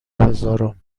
هزارم